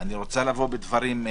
שהיא רוצה לבוא בדברים?